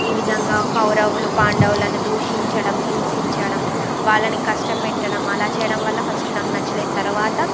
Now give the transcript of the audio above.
ఈ విధంగా కౌరవులు పాండవులను దూషించడం హింసించడం వాళ్ళని కష్టపెట్టడం అలా చేయడం వల్ల ఫస్ట్ నాకు నచ్చలేదు తరువాత